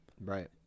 Right